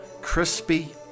crispy